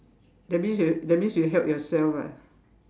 that means you that means you help yourself lah